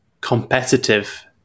competitive